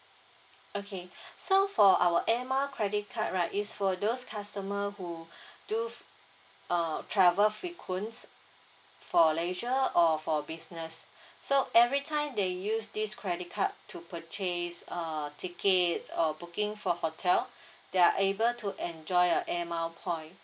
okay so for our Air Miles credit card right is for those customer who do uh travel frequent for leisure or for business so every time they use this credit card to purchase uh tickets or booking for hotel there are able to enjoy a Air Miles point